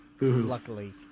Luckily